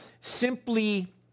simply